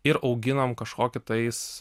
ir auginam kažkokį tais